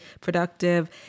productive